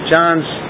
John's